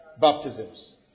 baptisms